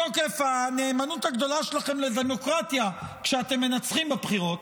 בתוקף הנאמנות הגדולה שלכם לדמוקרטיה כשאתם מנצחים בבחירות,